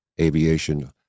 aviation